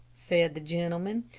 said the gentleman.